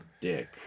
Dick